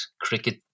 cricket